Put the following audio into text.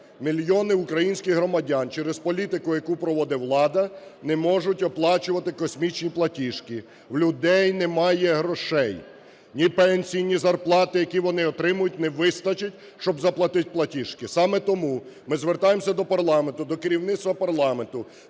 Мільйони українських громадян через політику, яку проводить влада, не можуть оплачувати космічні платіжки. У людей немає грошей, ні пенсій, ні зарплат, які вони отримують, не вистачить, щоб заплатити платіжки. Саме тому ми звертаємося до парламенту, до керівництва парламенту